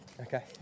Okay